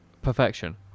Perfection